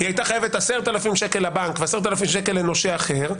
היא הייתה חייבת 10,000 שקל לבנק ו-10,000 שקל לנושה אחר,